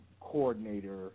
coordinator